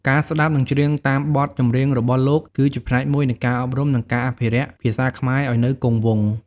ការស្ដាប់និងច្រៀងតាមបទចម្រៀងរបស់លោក គឺជាផ្នែកមួយនៃការអប់រំ និងអភិរក្សភាសាខ្មែរឲ្យនៅគង់វង្ស ។